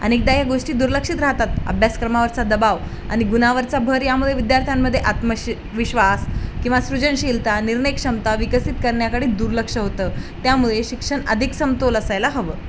अनेकदा या गोष्टी दुर्लक्षित राहतात अभ्यासक्रमा वरचा दबााव आणि गुणांवरचा भर यामुळे विद्यार्थ्यांमध्ये आत्मशिविश्वास किंवा सृजनशीलता निर्णयक्षमता विकसित करण्याकडे दुर्लक्ष होतं त्यामुळे शिक्षण अधिक समतोल असायला हवं